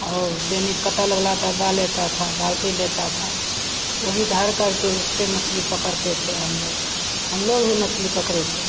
और पेनी कटल वाला डब्बा लेता था बाल्टी लेता था वहीं धर करके उससे मछली पकड़ते थे हमलोग हमलोग भी मछली पकड़े थे